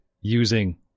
using